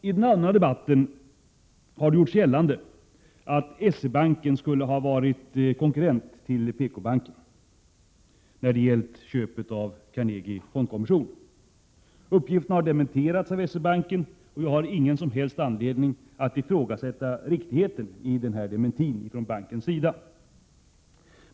I den allmänna debatten har det gjorts gällande att S-E-Banken skulle ha varit konkurrent till PKbanken när det gällt köp av Carnegie Fondkommission. Uppgiften har dementerats av S-E-Banken, och jag har ingen som helst anledning att ifrågasätta riktigheten av denna dementi från S-E-Bankens sida.